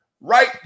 right